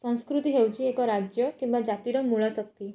ସଂସ୍କୃତି ହେଉଛି ଏକ ରାଜ୍ୟ କିମ୍ବା ଜାତିର ମୂଳ ଶକ୍ତି